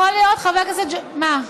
יכול להיות, מה?